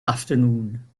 afternoon